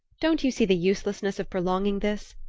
don't you see the uselessness of prolonging this?